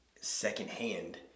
secondhand